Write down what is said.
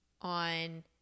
on